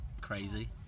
crazy